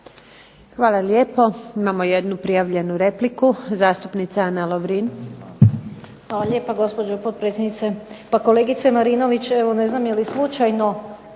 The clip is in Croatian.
Hvala lijepo. Imamo jednu prijavljenu repliku. Zastupnica Ana Lovrin. **Lovrin, Ana (HDZ)** Hvala lijepo gospođo potpredsjednice. Pa kolegice Marinović evo ne znam jeli slučajno